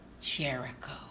Jericho